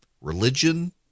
religion